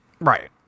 Right